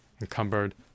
encumbered